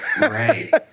Right